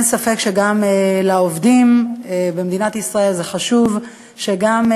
אין ספק שגם לעובדים במדינת ישראל זה חשוב, שגם,